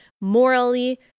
morally